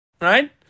right